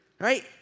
Right